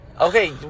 Okay